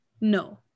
No